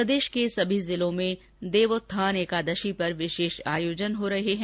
प्रदेश के सभी जिलों में देवोत्थान एकादशी के विशेष आयोजन हो रहे हैं